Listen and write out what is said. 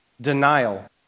denial